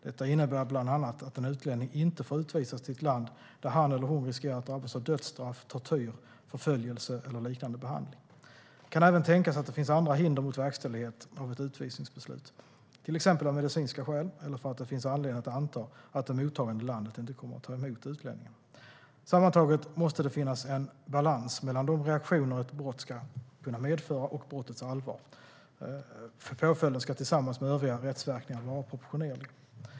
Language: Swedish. Detta innebär bland annat att en utlänning inte får utvisas till ett land där han eller hon riskerar att drabbas av dödsstraff, tortyr, förföljelse eller liknande behandling. Det kan även tänkas att det finns andra hinder mot verkställighet av ett utvisningsbeslut, till exempel av medicinska skäl eller för att det finns anledning att anta att det mottagande landet inte kommer att ta emot utlänningen. Sammantaget måste det finnas en balans mellan de reaktioner ett brott ska kunna medföra och brottets allvar. Påföljden ska tillsammans med övriga rättsverkningar vara proportionerlig.